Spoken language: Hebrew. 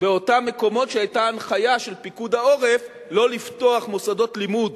באותם מקומות שהיתה הנחיה של פיקוד העורף שלא לפתוח מוסדות לימוד